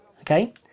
okay